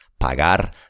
Pagar